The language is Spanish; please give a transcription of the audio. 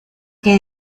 que